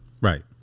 Right